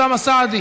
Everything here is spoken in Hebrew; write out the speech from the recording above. אינו נוכח,